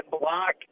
block